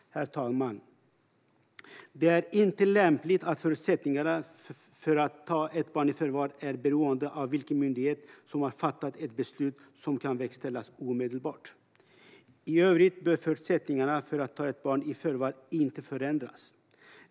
Herr talman! Det är inte lämpligt att förutsättningarna för att ta ett barn i förvar är beroende av vilken myndighet som har fattat ett beslut som kan verkställas omedelbart. I övrigt bör förutsättningarna för att ta ett barn i förvar inte förändras.